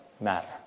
matter